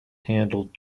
handled